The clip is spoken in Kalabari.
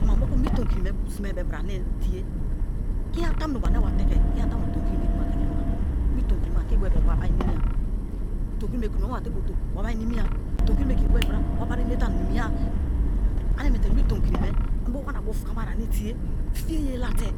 Kuma moku mi tonkiri me bo sime ri be bra ane tie kiniyana tamu ndoe ane wa teke kiniyana, tamuno tomikiri me dimate ke wana pirimi tonkiri me ani ke bio bra wa bari nimiya tomi kiri me kunomawa te butu wabari nimi ya tomikiri me ke boe bra wabari enete ani nimiya ane miete mi tomi kiri me ani bio wana bufukamare ane tie fiye ye late